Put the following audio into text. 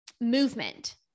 movement